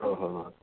हो हो हो